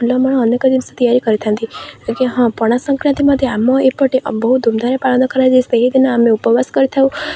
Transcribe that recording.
ଫୁଲମାଳ ଅନେକ ଜିନିଷ ତିଆରି କରିଥାନ୍ତି ହଁ ପଣା ସଂକ୍ରାନ୍ତି ମଧ୍ୟ ଆମ ଏପଟେ ବହୁତ ଧୁମ୍ଧାମ୍'ରେ ପାଳନ କରାଯାଏ ସେହିଦିନ ଆମେ ଉପବାସ କରିଥାଉ